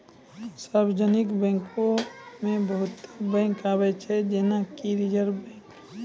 सार्वजानिक बैंको मे बहुते बैंक आबै छै जेना कि रिजर्व बैंक